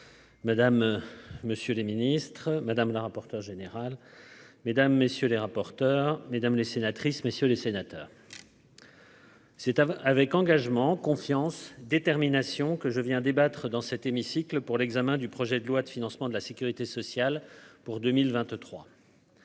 Madame, monsieur les ministres, madame la rapporteure générale, mesdames, messieurs les rapporteurs mesdames les sénatrices, messieurs les sénateurs. C'est un avec engagement confiance détermination que je viens débattre dans cet hémicycle pour l'examen du projet de loi de financement de la Sécurité sociale pour 2023.